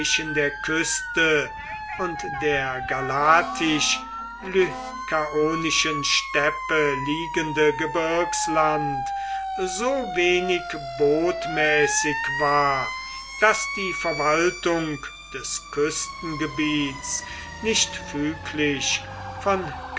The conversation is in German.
der küste und der galatisch lykaonischen steppe liegende gebirgsland so wenig botmäßig war daß die verwaltung des küstengebiets nicht füglich von